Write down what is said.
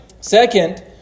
Second